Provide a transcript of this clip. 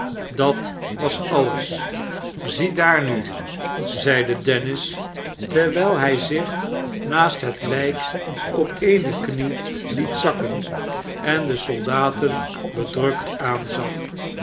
dat was alles sziedaar nu zeide dennis terwijl hij zich naast het lijk op eene knie het zakken en de soldaten bedrukt aanzag